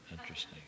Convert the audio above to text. Interesting